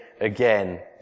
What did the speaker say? again